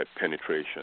penetration